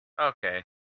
Okay